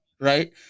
right